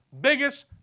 biggest